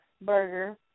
burger